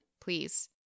Please